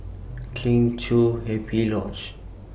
Kheng Chiu Happy Lodge